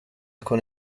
con